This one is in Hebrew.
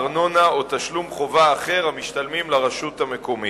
ארנונה או תשלום חובה אחר המשתלמים לרשות מקומית.